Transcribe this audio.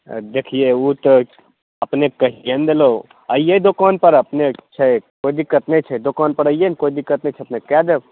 देखियै ओ तऽ अपनेके कहिए ने देलहुॅं अबियै दोकानपर अपनेके छै कोइ दिक्कत नहि छै दोकानपर अबियै ने कोइ दिक्कत नहि छै अपनेके कए देब